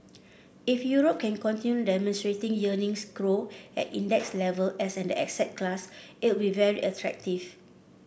if Europe can continue demonstrating earnings growth at index level as an asset class it will very attractive